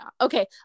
Okay